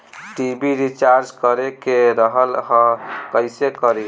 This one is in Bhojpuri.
टी.वी रिचार्ज करे के रहल ह कइसे करी?